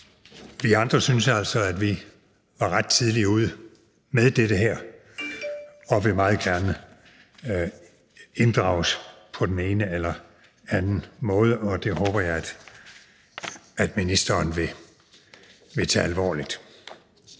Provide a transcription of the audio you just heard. vi andre synes altså, at vi var ret tidligt ude med det her, og vi vil meget gerne inddrages på den ene eller anden måde, og det håber jeg at ministeren vil tage alvorligt.